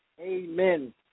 amen